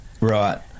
Right